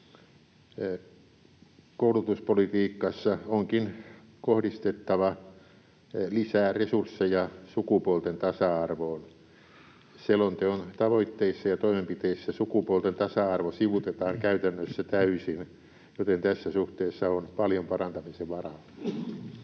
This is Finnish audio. Koulutuspolitiikassa onkin kohdistettava lisää resursseja sukupuolten tasa-arvoon. Selonteon tavoitteissa ja toimenpiteissä sukupuolten tasa-arvo sivuutetaan käytännössä täysin, joten tässä suhteessa on paljon parantamisen varaa.